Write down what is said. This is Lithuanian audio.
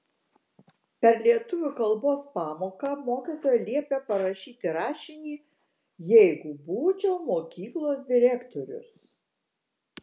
per lietuvių kalbos pamoką mokytoja liepė parašyti rašinį jeigu būčiau mokyklos direktorius